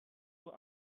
uhr